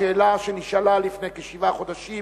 השאלה שנשאלה: לפני כשבעה חודשים